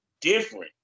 different